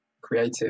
creative